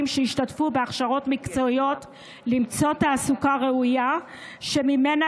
שהשתתפו בהכשרות מקצועיות למצוא תעסוקה ראויה שממנה